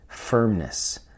firmness